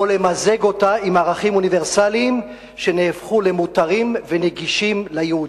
או למזג אותה עם ערכים אוניברסליים שנהפכו למותרים ונגישים ליהודים.